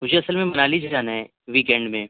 مجھے اصل میں منالی جانا ہے ویکنڈ میں